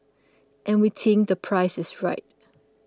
and we think the price is right